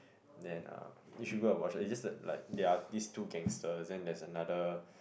then um you should go and watch it's just the like there are these two gangsters then there's another